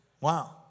Wow